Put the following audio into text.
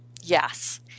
yes